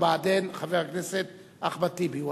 "בעדין" חבר הכנסת אחמד טיבי.